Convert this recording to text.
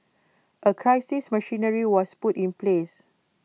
A crisis machinery was put in place